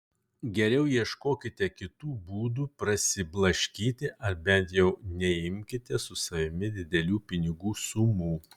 geriau ieškokite kitų būdų prasiblaškyti ar bent jau neimkite su savimi didelių pinigų sumų